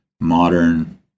modern